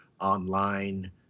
online